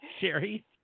Sherry